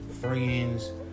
friends